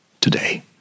today